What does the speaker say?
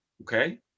okay